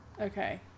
Okay